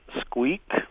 squeak